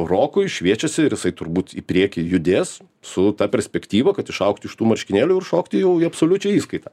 rokui šviečiasi ir jisai turbūt į priekį judės su ta perspektyva kad išaugti iš tų marškinėlių ir šokti jau į absoliučią įskaitą